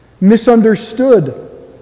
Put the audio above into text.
misunderstood